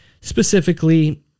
Specifically